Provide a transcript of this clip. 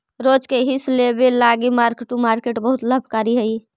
रोज के हिस लेबे लागी मार्क टू मार्केट बहुत लाभकारी हई